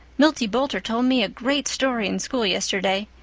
milty bolter told me a grate story in school yesterday.